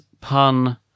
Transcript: pun